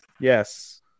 Yes